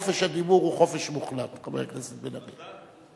חופש הדיבור הוא חופש מוחלט, חבר הכנסת בן-ארי.